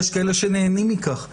יש כאלה שנהנים מכך.